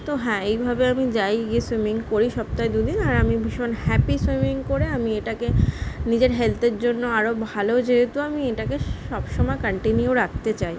তো হ্যাঁ এইভাবে আমি যাই গিয়ে সুইমিং করি সপ্তাহে দু দিন আর আমি ভীষণ হ্যাপি সুইমিং করে আমি এটাকে নিজের হেলথের জন্য আরো ভালো যেহেতু আমি এটাকে সব সমায় কনটিনিউ রাখতে চাই